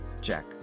Jack